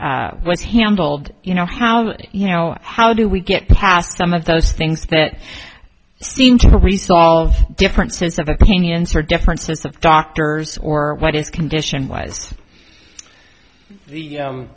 hearing was handled you know how you know how do we get past some of those things that seem to resolve differences of opinions or differences of doctors or what his condition was the